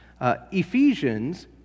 Ephesians